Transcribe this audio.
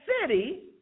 city